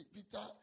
Peter